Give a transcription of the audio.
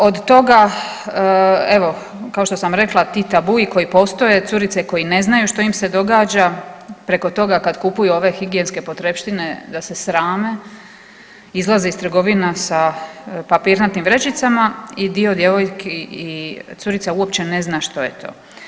Od toga evo kao što sam rekla ti tabui koji postoje, curice koje ne znaju što im se događa preko toga kada kupuju ove higijenske potrepštine da se srame, izlaze iz trgovina sa papirnatim vrećicama i dio djevojki i curica uopće ne zna što je to.